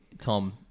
Tom